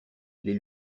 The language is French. les